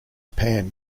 panned